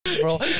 bro